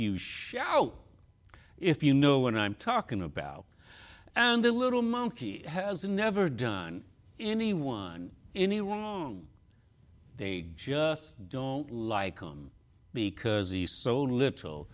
you shallow if you know what i'm talking about and the little monkey has never done any one any wrong they just don't like him because he sold a little